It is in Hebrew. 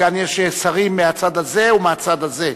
וכאן יש שרים מהצד הזה ומהצד הזה,